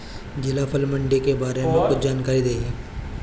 जिला फल मंडी के बारे में कुछ जानकारी देहीं?